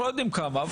אנחנו לא יודעים כמה.